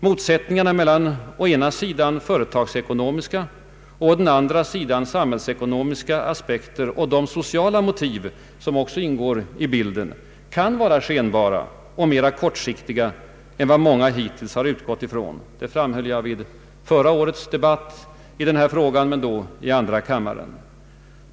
Motsättningarna mellan å ena sidan företagsekonomiska och å andra sidan samhällsekonomiska aspekter och de sociala motiv som också ingår i bilden kan vara skenbara och mer kortsiktiga än vad många hittills utgått ifrån. Det framhöll jag vid förra årets debatt i denna fråga, men då i andra kammaren.